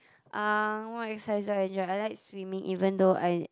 um what exercise do I enjoy I like swimming even though I